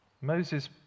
Moses